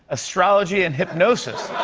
astrology and hypnosis.